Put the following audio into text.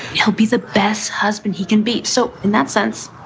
he'll be the best husband he can beat so in that sense,